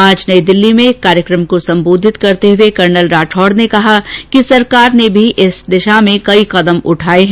आज नई दिल्ली में एक कार्यक्रम को संबोधित करते हुए कर्नल राठौड़ ने कहा कि सरकार ने भी इस दिशा में कई कदम उठाये हैं